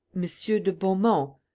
monsieur de beaumont,